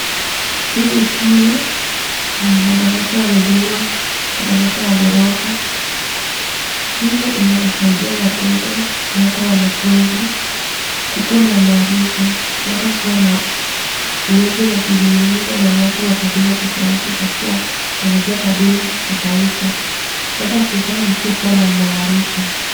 Hii ni shule na madarasa yamejengwa madarasa ya ghorofa. Shule inasaidia watoto na hata wanafunzi kukuwa na maarifa na hata kuwa na uwezo wa kuzungumza na watu wa kabila tofauti kwa kuwa wanajuwa kabila ya taifa na hata kufanya mtoto kuwa na maarifa.